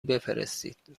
بفرستید